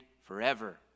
forever